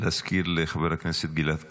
להזכיר לחבר הכנסת גלעד קריב.